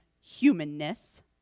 humanness